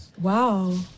Wow